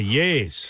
yes